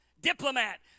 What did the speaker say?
diplomat